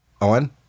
Owen